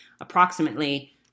approximately